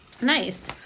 Nice